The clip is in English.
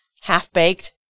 half-baked